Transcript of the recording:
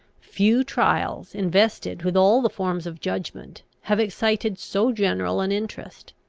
few trials, invested with all the forms of judgment, have excited so general an interest.